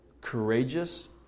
courageous